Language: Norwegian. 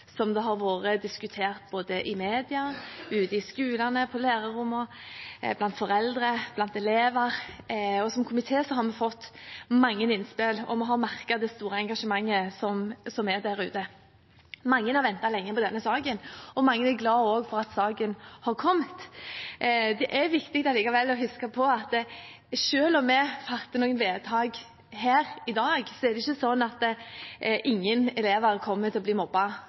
Det har vært diskutert mye både i mediene, ute i skolene, på lærerrommene, blant foreldre og blant elever. Som komité har vi fått mange innspill, og vi har merket det store engasjementet som er der ute. Mange har ventet lenge på denne saken, og mange er også glad for at saken er kommet. Likevel er det viktig å huske på at selv om vi fatter noen vedtak her i dag, er det ikke sånn at ingen elever kommer til å bli